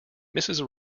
mrs